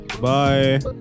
Bye